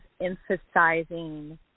emphasizing